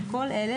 על כל אלה,